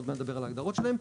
עוד מעט נדבר על ההגדרות שלהם,